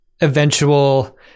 eventual